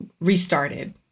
restarted